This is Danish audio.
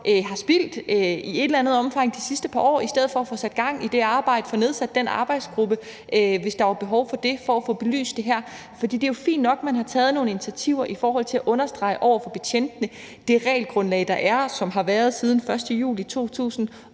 at man i et eller andet omfang har spildt de sidste par år i stedet for at få sat gang i det arbejde, få nedsat en arbejdsgruppe, hvis der var behov for det, for at få belyst det her. For det er jo fint nok, at man har taget nogle initiativer i forhold til at understrege over for betjentene det regelgrundlag, der er, og som har været der siden den 1. juli 2007,